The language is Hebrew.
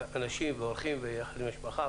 אנשים ואורחים יחד עם המשפחה,